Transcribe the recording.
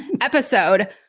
episode